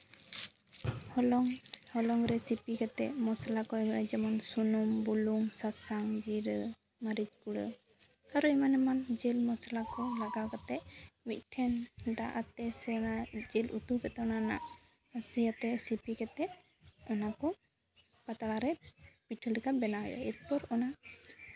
ᱦᱚᱞᱚᱝ ᱦᱚᱞᱚᱝ ᱨᱮ ᱥᱤᱯᱤ ᱠᱟᱛᱮ ᱢᱚᱥᱞᱟ ᱠᱚ ᱮᱢᱟᱜ ᱦᱩᱭᱩᱜᱼᱟ ᱡᱮᱢᱚᱱ ᱥᱩᱱᱩᱢ ᱵᱩᱞᱩᱝ ᱥᱟᱥᱟᱝ ᱡᱤᱨᱟᱹ ᱢᱟᱹᱨᱤᱪ ᱜᱩᱲᱟᱹ ᱟᱨᱚ ᱮᱢᱟᱱ ᱮᱢᱟᱱ ᱡᱤᱞ ᱢᱚᱥᱞᱟ ᱠᱚ ᱞᱟᱜᱟᱣ ᱠᱟᱛᱮ ᱢᱤᱫ ᱴᱷᱮᱱ ᱫᱟᱜ ᱟᱛᱮᱜ ᱥᱮ ᱡᱤᱞ ᱩᱛᱩ ᱠᱟᱫᱟᱢ ᱚᱱᱟ ᱨᱮᱭᱟᱜ ᱨᱟᱥᱮ ᱠᱟᱛᱮ ᱥᱤᱯᱤ ᱠᱟᱛᱮ ᱚᱱᱟ ᱠᱚ ᱯᱟᱛᱲᱟ ᱨᱮ ᱯᱤᱴᱷᱟᱹ ᱞᱮᱠᱟ ᱵᱮᱱᱟᱣ ᱦᱩᱭᱩᱜᱼᱟ ᱮᱨᱯᱚᱨ ᱚᱱᱟ